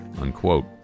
Unquote